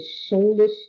soulless